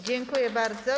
Dziękuję bardzo.